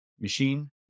machine